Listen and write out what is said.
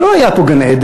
לא היה פה גן-עדן,